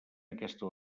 aquesta